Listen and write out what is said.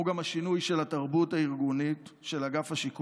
כמו גם השינוי של התרבות הארגונית של אגף השיקום,